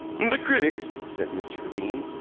the critics, said mr. devine,